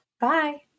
Bye